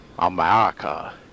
America